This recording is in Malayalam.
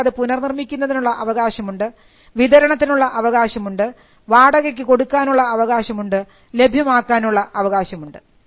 അവർക്ക് അത് പുനർനിർമ്മിക്കുന്നതിനുള്ള അവകാശമുണ്ട് വിതരണത്തിനുള്ള അവകാശമുണ്ട് വാടകക്ക് കൊടുക്കാനുള്ള അവകാശമുണ്ട് ലഭ്യമാക്കാനുള്ള അവകാശമുണ്ട്